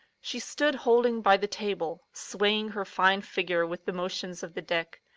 she stood holding by the table, swaying her fine figure with the motions of the deck.